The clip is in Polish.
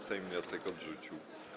Sejm wniosek odrzucił.